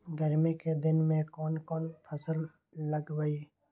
गर्मी के दिन में कौन कौन फसल लगबई?